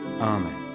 Amen